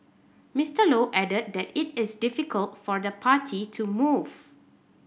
Mister Low added that it is difficult for the party to move